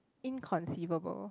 inconceivable